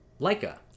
Leica